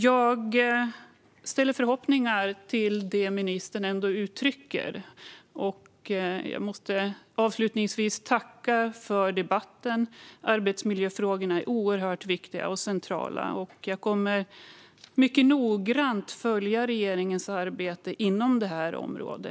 Jag hyser förhoppningar om det ministern ändå uttrycker och vill avslutningsvis tacka för debatten. Arbetsmiljöfrågorna är oerhört viktiga och centrala, och jag kommer mycket noggrant att följa regeringens arbete på detta område.